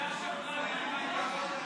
זה השקרן מ-2006.